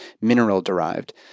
mineral-derived